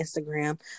Instagram